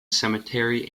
cemetery